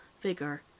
vigor